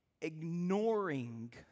ignoring